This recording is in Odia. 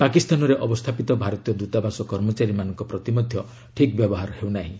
ପାକିସ୍ତାନରେ ଅବସ୍ଥାପିତ ଭାରତୀୟ ଦୂତାବାସ କର୍ମଚାରୀମାନଙ୍କ ପ୍ରତି ମଧ୍ୟ ଠିକ୍ ବ୍ୟବହାର ହେଉନାହିଁ